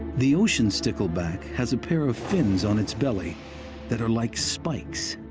the ocean stickleback has a pair of fins on its belly that are like spikes.